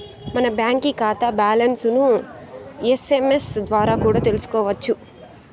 మన బాంకీ కాతా బ్యాలన్స్లను ఎస్.ఎమ్.ఎస్ ద్వారా కూడా తెల్సుకోవచ్చు